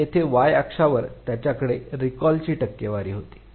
आणि येथे y अक्षावर त्याच्याकडे रिकॉलची टक्केवारी होती